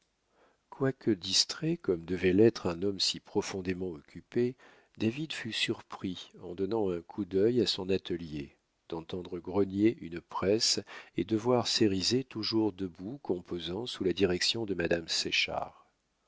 quoique distrait comme devait l'être un homme si profondément occupé david fut surpris en donnant un coup d'œil à son atelier d'entendre grogner une presse et de voir cérizet toujours debout composant sous la direction de madame